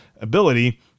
ability